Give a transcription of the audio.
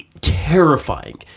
terrifying